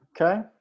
Okay